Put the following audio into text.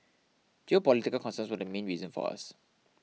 geopolitical concerns were the main reason for us